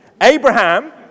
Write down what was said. Abraham